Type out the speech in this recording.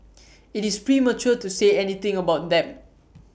IT is premature to say anything about them